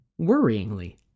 worryingly